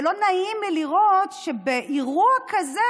ולא נעים לי לראות שבאירוע כזה,